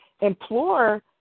implore